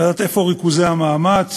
לדעת איפה ריכוזי המאמץ